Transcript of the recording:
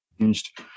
changed